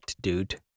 dude